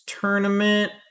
tournament